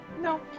No